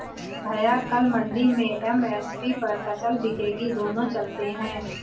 भैया कल मंडी में एम.एस.पी पर फसल बिकेगी दोनों चलते हैं